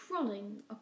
crawling